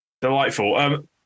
Delightful